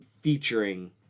featuring